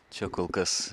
čia kol kas